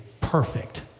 perfect